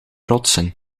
rotsen